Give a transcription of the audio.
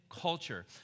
culture